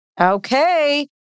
Okay